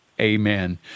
amen